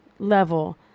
level